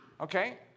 Okay